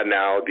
now